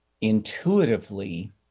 intuitively